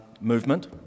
movement